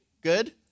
good